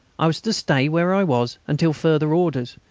i was to stay where i was until further orders,